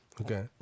Okay